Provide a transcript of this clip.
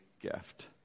gift